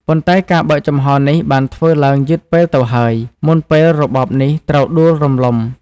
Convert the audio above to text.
ប៉ុន្តែការបើកចំហរនេះបានធ្វើឡើងយឺតពេលទៅហើយ មុនពេលរបបនេះត្រូវដួលរំលំ។